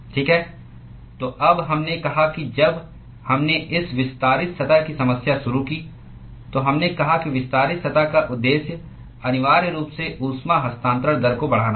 ठीक है तो अब हमने कहा कि जब हमने इस विस्तारित सतह की समस्या शुरू की तो हमने कहा कि विस्तारित सतह का उद्देश्य अनिवार्य रूप से ऊष्मा हस्तांतरण दर को बढ़ाना है